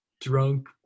drunk